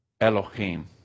Elohim